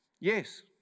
Yes